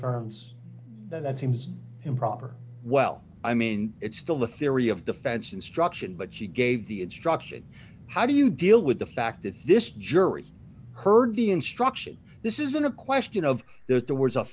terms that seems improper well i mean it's still the theory of defense instruction but she gave the instruction how do you deal with the fact that this jury heard the instruction this isn't a question of the